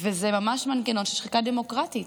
וזה ממש מנגנון של שחיקת דמוקרטיה.